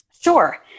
Sure